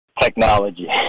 Technology